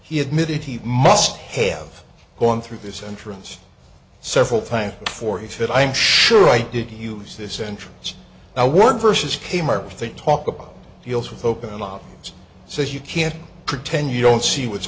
he admitted he must have gone through this entrance several times before he said i'm sure i didn't use this entrance i weren't versus kmart think talk about deals with open arms so you can't pretend you don't see what's